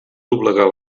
doblegar